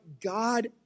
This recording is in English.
God